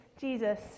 Jesus